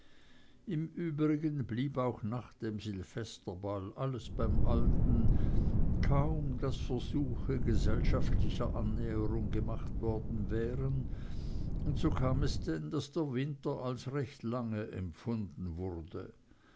im übrigen blieb auch nach dem silvesterball alles beim alten kaum daß versuche gesellschaftlicher annäherung gemacht worden wären und so kam es denn daß der winter als recht lange dauernd empfunden wurde